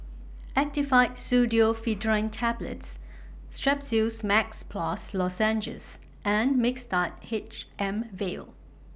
Actifed Pseudoephedrine Tablets Strepsils Max Plus Lozenges and Mixtard H M Vial